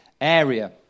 area